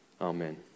Amen